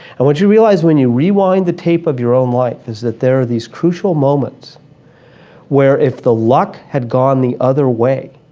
and what you realize when you rewind the tape of your own life is that there are these crucial moments where if the luck had gone the other way